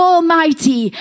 Almighty